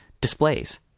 displays